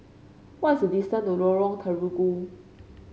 what's the distance to Lorong Terigu